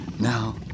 Now